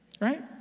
right